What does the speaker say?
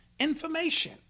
Information